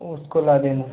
उसको ला देना